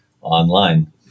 online